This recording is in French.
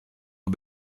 aux